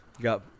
got